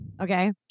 Okay